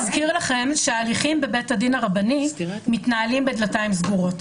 אני רוצה להזכיר לכם שההליכים בבית הדין הרבני מתנהלים בדלתיים סגורות,